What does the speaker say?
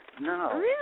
no